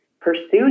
pursued